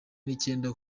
n’icyenda